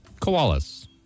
koalas